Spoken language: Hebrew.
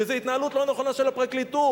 שזה התנהלות לא נכונה של הפרקליטות,